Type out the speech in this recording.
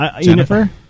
Jennifer